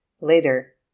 Later